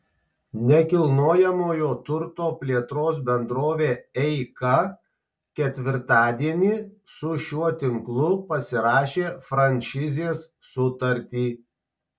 nekilnojamojo turto plėtros bendrovė eika ketvirtadienį su šiuo tinklu pasirašė franšizės sutartį